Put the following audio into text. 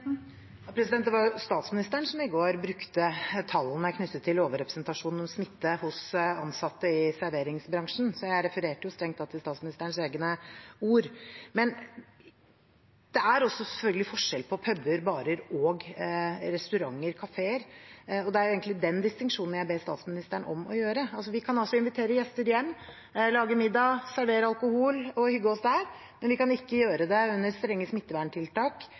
Det var statsministeren som i går brukte tallene knyttet til overrepresentasjon av smitte hos ansatte i serveringsbransjen, så jeg refererte strengt tatt til statsministerens egne ord. Men det er selvfølgelig forskjell på puber og barer og restauranter og kafeer, og det er egentlig den distinksjonen jeg ber statsministeren om å gjøre. Vi kan altså invitere gjester hjem, lage middag, servere alkohol og hygge oss der, men vi kan ikke gjøre det under strenge smitteverntiltak